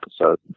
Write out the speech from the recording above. episode